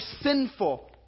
sinful